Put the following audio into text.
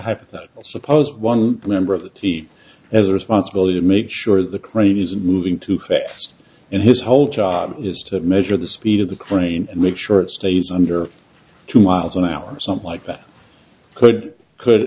hypothetical suppose one member of the team as a responsibility to make sure the crate is moving too fast in his whole job is to measure the speed of the crane and make sure it stays under two miles an hour or something like that could could